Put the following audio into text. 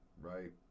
Right